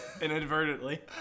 inadvertently